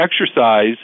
exercise